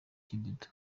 kibido